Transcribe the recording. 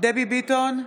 דבי ביטון,